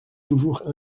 toujours